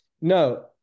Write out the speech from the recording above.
No